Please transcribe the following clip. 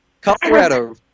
Colorado